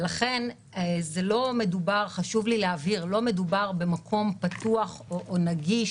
ולכן חשוב לי להבהיר שלא מדובר במקום פתוח או נגיש